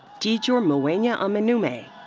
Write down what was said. dziedzorm mawuenya amenumey.